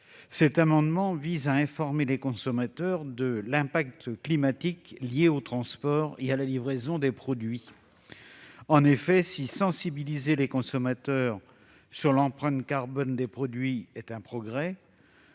Cet amendement vise à informer les consommateurs de l'impact climatique lié au transport et à la livraison des produits. Si le fait de sensibiliser les consommateurs à l'empreinte carbone des produits constitue un progrès,